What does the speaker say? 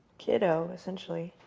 kiddo, essentially.